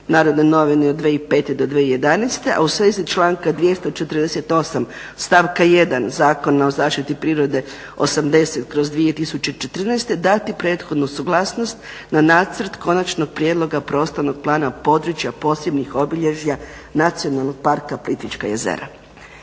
prirode NN od 2005.do 2011. a u svezi članka 248.stavka 1. Zakona o zaštiti prirode 80/2014. dati prethodnu suglasnosti na nacrt konačnog prijedloga prostornog plana područja posebnih obilježja Nacionalnog parka Plitvička jezera.